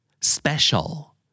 Special